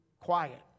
quiet